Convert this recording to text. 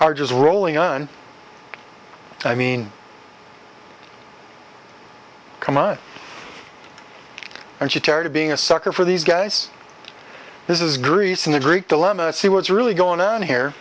are just rolling on i mean come on and she tired of being a sucker for these guys this is greece and the greek dilemma see what's really going on here